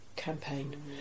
campaign